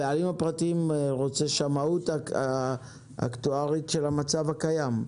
הבעלים הפרטיים רוצים שמאות אקטוארית של המצב הקיים.